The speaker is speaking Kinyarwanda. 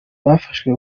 bafashwe